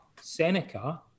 Seneca